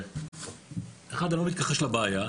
אני לא מתכחש לבעיה.